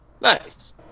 Nice